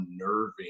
unnerving